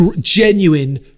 genuine